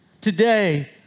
today